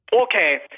okay